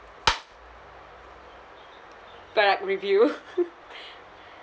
product review